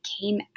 came